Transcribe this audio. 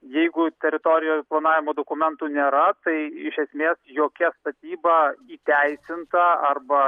jeigu teritorijoj planavimo dokumentų nėra tai iš esmės jokia statyba įteisinta arba